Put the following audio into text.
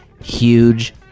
huge